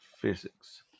physics